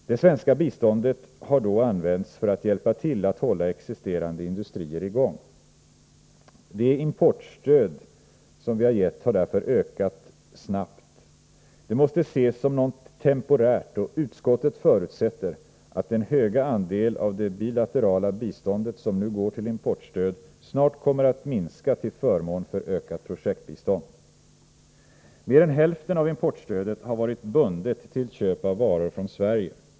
Det svenska biståndet har då använts för att hjälpa till med att hålla existerande industrier i gång. Det s.k. importstödet har därför snabbt vuxit. Det måste ses såsom något temporärt, och utskottet förutsätter att den höga andel av det bilaterala biståndet som nu går till importstöd snart kommer att minska till förmån för ökat projektbistånd. Mer än hälften av importstödet har varit bundet till köp av varor från Sverige.